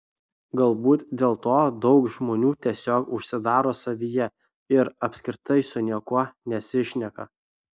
galbūt dėl to daug žmonių tiesiog užsidaro savyje ir apskritai su niekuo nesišneka